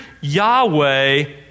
Yahweh